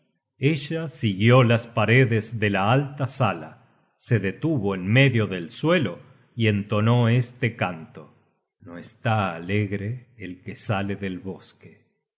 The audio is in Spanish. ella siguió las paredes de la alta sala se detuvo en medio del suelo y entonó este canto no está alegre el que sale del bosque